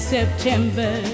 September